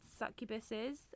Succubuses